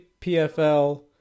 PFL